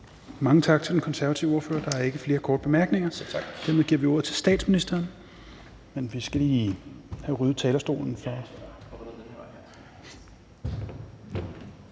Mange tak til den konservative ordfører. Der er ikke flere korte bemærkninger. Dermed giver vi ordet til statsministeren, men vi skal lige have ryddet talerstolen